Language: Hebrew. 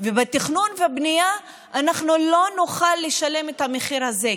בתכנון והבנייה אנחנו לא נוכל לשלם את המחיר הזה,